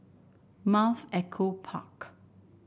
Mount Echo Park